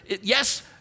Yes